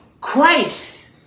Christ